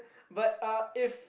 but uh if